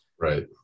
right